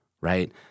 right